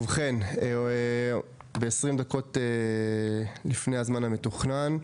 ובכן, ב-20 דקות לפני הזמן המתוכנן,